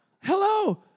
Hello